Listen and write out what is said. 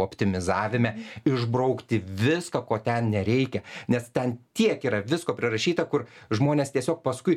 optimizavime išbraukti viską ko ten nereikia nes ten tiek yra visko prirašyta kur žmonės tiesiog paskui